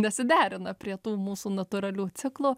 nesiderina prie tų mūsų natūralių ciklų